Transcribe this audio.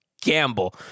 gamble